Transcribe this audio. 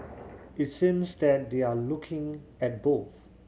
it seems that they're looking at both